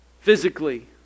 Physically